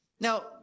Now